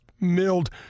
milled